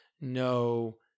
no